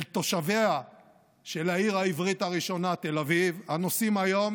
אל תושביה של העיר העברית הראשונה תל אביב הנושאים היום